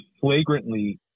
flagrantly